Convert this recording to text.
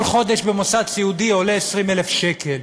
כל חודש במוסד סיעודי עולה 20,000 שקל,